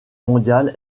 mondiale